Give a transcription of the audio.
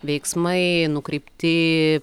veiksmai nukreipti